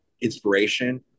inspiration